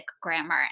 grammar